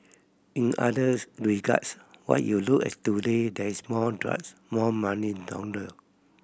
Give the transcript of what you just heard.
in others regards when you look at today there's more drugs more money laundered